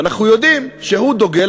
ואנחנו יודעים שהוא דוגל,